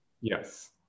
Yes